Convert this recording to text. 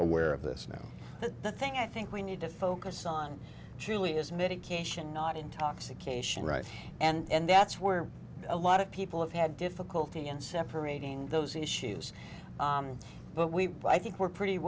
aware of this now but the thing i think we need to focus on truly is medication not intoxication right and that's where a lot of people have had difficulty in separating those issues but we i think we're pretty